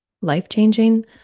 life-changing